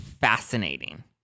fascinating